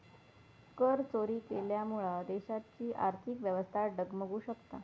करचोरी केल्यामुळा देशाची आर्थिक व्यवस्था डगमगु शकता